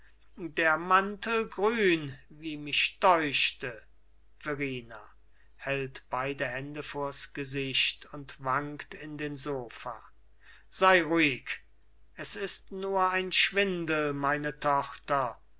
der mantel grün wie mich deuchte verrina hält beide hände vors gesicht und wankt in den sofa sei ruhig es ist nur ein schwindel meine tochter